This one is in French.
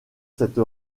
cette